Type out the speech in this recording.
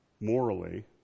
morally